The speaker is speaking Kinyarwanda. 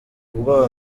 ubwoba